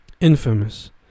Infamous